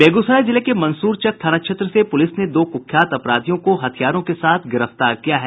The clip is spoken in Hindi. बेगूसराय जिले के मंसूरचक थाना क्षेत्र से पूलिस ने दो कुख्यात अपराधियों को हथियारों के साथ गिरफ्तार किया है